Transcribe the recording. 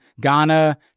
Ghana